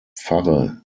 pfarre